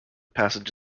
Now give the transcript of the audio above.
passage